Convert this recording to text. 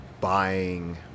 buying